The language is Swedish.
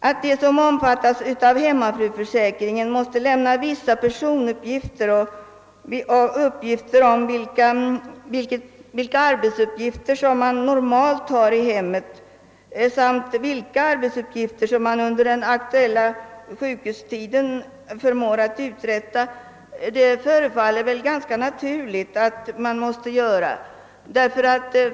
Att de som omfattas av hemmafruförsäkringen måste lämna vissa personuppgifter och tala om vilka arbetsuppgifter som de normalt har i hemmet samt vilka arbetsuppgifter de under den aktuella sjuktiden förmår uträtta förefaller ganska naturligt.